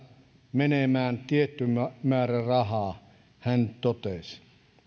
menemään tietty määrä rahaa hän totesi